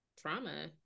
trauma